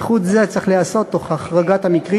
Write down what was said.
איחוד זה צריך להיעשות תוך החרגת המקרים